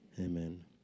Amen